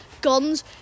guns